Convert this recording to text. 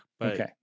Okay